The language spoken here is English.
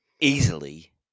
Easily